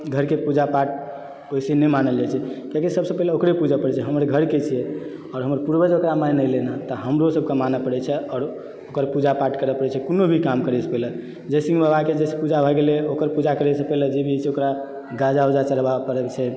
घरके पूजा पाठ वैसे नैहिमानल जाइ छै कियाकि सबसँ पहिने ओकरे पूजऽ पड़ै छै हमर घरके छियै आओर हमर पूर्वज ओकरा मानि एलै तऽ हमरो सबके माने पड़ै छै आओर ओकर पूजा पाठ करै पड़ै छै कोनो भी काम करैसँ पहिने जयसिंह बाबाके जे छै पूजा भए गेलै ओकर पूजा करैसँ पहिने जे भी होइ छै ओकरा गाजा उजा चलबाबै पड़ै छै